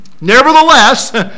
nevertheless